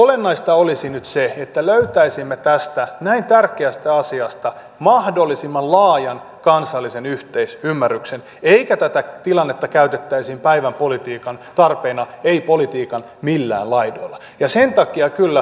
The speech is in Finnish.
olennaista olisi nyt se että löytäisimme tästä näin tärkeästä asiasta mahdollisimman laajan kansallisen yhteisymmärryksen eikä tätä tilannetta käytettäisi päivän politiikan tarpeena ei politiikan millään laidoilla